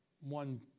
one